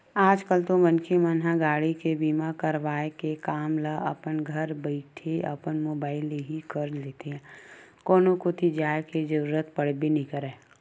आज कल तो मनखे मन ह गाड़ी के बीमा करवाय के काम ल अपन घरे बइठे अपन मुबाइल ले ही कर लेथे कोनो कोती जाय के जरुरत पड़बे नइ करय